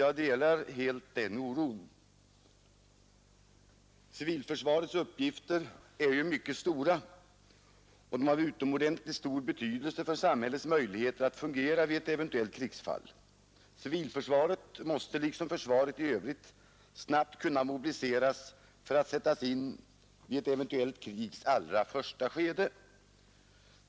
Jag delar helt den oron. Civilförsvarets uppgifter är mycket stora och har utomordentligt stor betydelse för samhällets möjligheter att fungera vid ett eventuellt krigsfall. Civilförsvaret måste liksom försvaret i övrigt snabbt kunna mobiliseras för att kunna sättas in i ett eventuellt krigs allra första skede.